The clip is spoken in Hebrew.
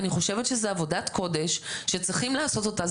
אני חושבת שזה עבודת קודש שצריכים לעשות אותה,